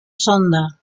sonda